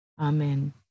Amen